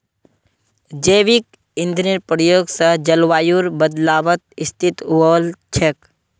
जैविक ईंधनेर प्रयोग स जलवायुर बदलावत स्थिल वोल छेक